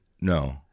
No